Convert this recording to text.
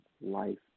life